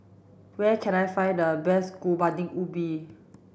where can I find the best Kuih Bingka Ubi